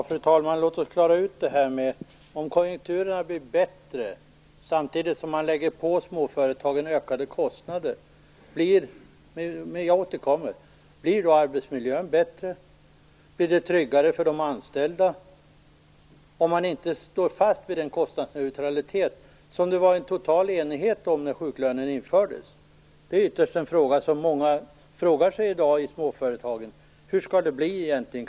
Fru talman! Låt oss klara ut det som nyss sades om att konjunkturerna blir bättre, samtidigt som ökade kostnader läggs på småföretagen. Blir arbetsmiljön bättre och blir det tryggare för de anställda, om man inte står fast vid den kostnadsneutralitet om vilken det rådde total enighet då sjuklönen infördes? Många i småföretagen frågar i dag: Hur skall det bli egentligen?